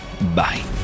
Bye